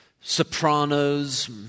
Sopranos